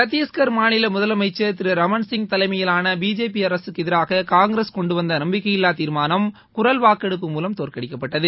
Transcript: சத்தீஸ்கர் மாநில முதலமைச்சர் திரு ரமன்சிங் தலைமையிலான பிஜேபி அரசுக்கு எதிராக காங்கிரஸ் கொண்டு வந்த நம்பிக்கையில்லா தீர்மானம் குரல் வாக்கெடுப்பு மூலம் தோற்கடிக்கப்பட்டது